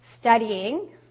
studying